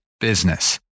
business